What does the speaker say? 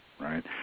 Right